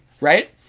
right